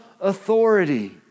authority